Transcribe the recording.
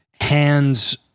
hands